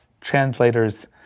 translators